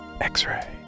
X-Ray